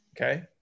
Okay